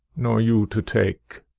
nor you to take.